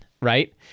right